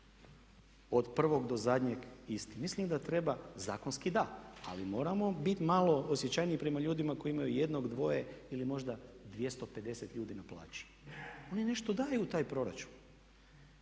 od prvog do zadnjeg isti. Mislim da treba, zakonski da, ali moramo bit malo osjećajniji prema ljudima koji imaju jednog, dvoje ili možda 250 ljudi na plaći. Oni nešto daju u taj proračun.